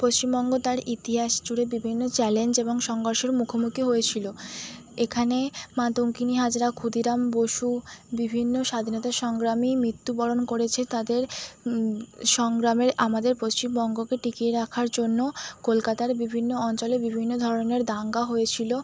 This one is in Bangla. পশ্চিমবঙ্গ তার ইতিহাস জুড়ে বিভিন্ন চ্যালেঞ্জ এবং সংঘর্ষের মুখোমুখি হয়েছিল এখানে মাতঙ্গিনী হাজরা ক্ষুদিরাম বসু বিভিন্ন স্বাধীনতা সংগ্রামী মৃত্যু বরণ করেছে তাদের সংগ্রামে আমাদের পশ্চিমবঙ্গকে টিকিয়ে রাখার জন্য কলকাতার বিভিন্ন অঞ্চলে বিভিন্ন ধরনের দাঙ্গা হয়েছিল